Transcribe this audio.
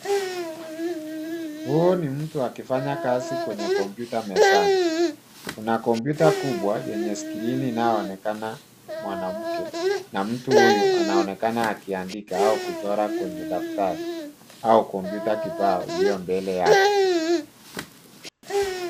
Huu ni mtu akifanya kazi kwenye kompyuta mezani, kuna kompyuta kubwa enye skrini inaonekana mwanamke na mtu huyu anaonekana akiandika au kuchora kwenye daftari au kompyuta kibao ulio mbele yake.